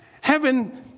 heaven